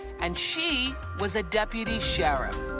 and she was a deputy sheriff.